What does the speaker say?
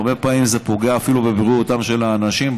הרבה פעמים זה פוגע אפילו בבריאותם של האנשים,